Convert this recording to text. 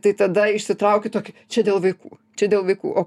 tai tada išsitrauki tokį čia dėl vaikų čia dėl vaikų o